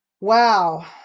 wow